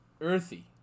Earthy